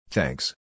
Thanks